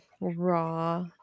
raw